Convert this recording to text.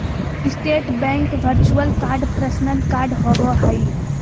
state bank virtual card personal card होबो हइ